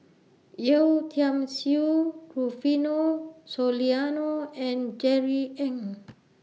Yeo Tiam Siew Rufino Soliano and Jerry Ng